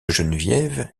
geneviève